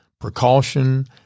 precaution